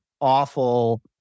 awful